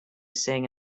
sing